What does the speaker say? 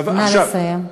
נא לסיים.